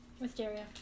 Mysteria